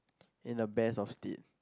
in the best of state